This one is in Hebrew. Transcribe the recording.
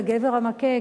לגבר המכה,